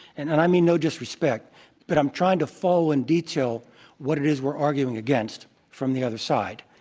and and i mean no disrespect but i'm trying to follow in detail what it is we're arguing against from the other side.